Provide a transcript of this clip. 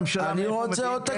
זה חוזר לממשלה --- הם לא מחזיקים,